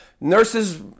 Nurses